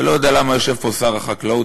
אני לא יודע למה יושב פה שר החקלאות,